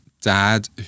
dad